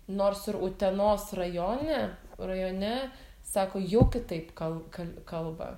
nors ir utenos rajone rajone sako jau kitaip kal kal kalba